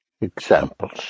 examples